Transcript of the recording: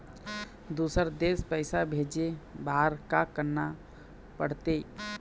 दुसर देश पैसा भेजे बार का करना पड़ते?